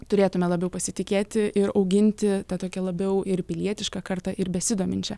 turėtume labiau pasitikėti ir auginti tą tokią labiau ir pilietišką kartą ir besidominčią